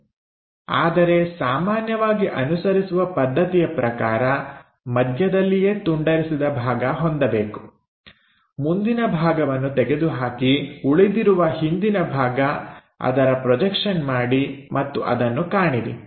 1 ಆದರೆ ಸಾಮಾನ್ಯವಾಗಿ ಅನುಸರಿಸುವ ಪದ್ಧತಿಯ ಪ್ರಕಾರ ಮಧ್ಯದಲ್ಲಿಯೇ ತುಂಡರಿಸಿದ ಭಾಗ ಹೊಂದಬೇಕು ಮುಂದಿನ ಭಾಗವನ್ನು ತೆಗೆದುಹಾಕಿ ಉಳಿದಿರುವಂತಹ ಹಿಂದಿನ ಭಾಗ ಅದರ ಪ್ರೊಜೆಕ್ಷನ್ ಮಾಡಿ ಮತ್ತು ಅದನ್ನು ಕಾಣಿರಿ